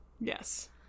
Yes